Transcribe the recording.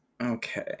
okay